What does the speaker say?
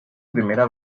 primera